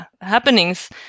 happenings